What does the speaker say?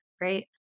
right